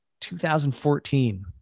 2014